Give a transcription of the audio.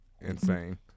insane